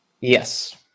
Yes